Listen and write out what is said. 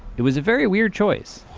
it was a very weird choice